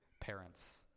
parents